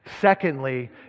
Secondly